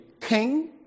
king